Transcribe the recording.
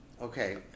Okay